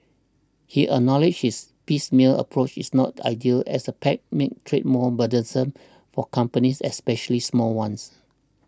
he acknowledged this piecemeal approach is not ideal as the pacts make trade more burdensome for companies especially small ones